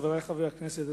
חברי חברי הכנסת,